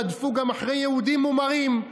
רדפו גם אחרי יהודים מומרים,